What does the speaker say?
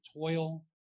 toil